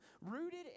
rooted